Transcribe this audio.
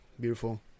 beautiful